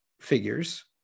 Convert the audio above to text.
figures